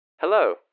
Hello